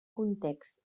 context